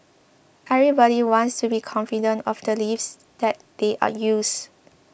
everybody wants to be confident of the lifts that they are use